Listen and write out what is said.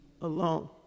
alone